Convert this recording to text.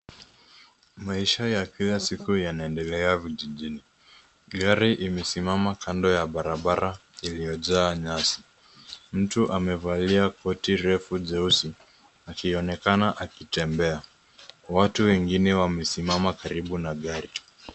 Maisha ya kila siku yanaendelea vijijini. Gari imesimama kando ya barabara iliyojaa nyasi. Mtu amevalia koti refu jeusi akionekana akitembea. Watu wengine wamesimama karibu na gari.